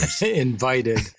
invited